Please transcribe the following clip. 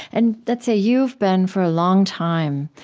and let's say you've been, for a long time,